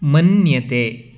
मन्यते